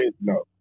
No